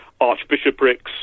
archbishoprics